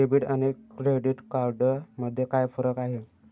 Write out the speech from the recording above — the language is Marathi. डेबिट आणि क्रेडिट कार्ड मध्ये काय फरक आहे?